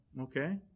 okay